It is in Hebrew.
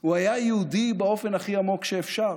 הוא היה יהודי באופן הכי עמוק שאפשר.